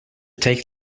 take